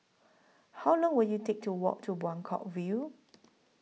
How Long Will IT Take to Walk to Buangkok View